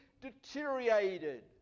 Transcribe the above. deteriorated